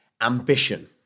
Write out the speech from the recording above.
Ambition